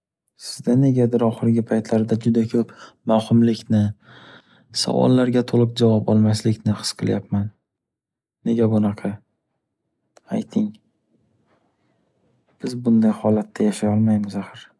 Sizda negadir oxirgi paytlarda juda ko’p mavhumlikni, savollarga to’liq javob olmaslikni his qilyapman. Nega bunaqa? Ayting! Biz bunday holatda yashay olmaymiz axr.